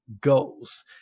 goals